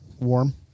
warm